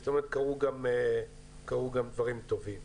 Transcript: זאת אומרת, קרו גם דברים טובים.